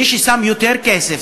מי ששם יותר כסף,